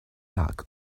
luck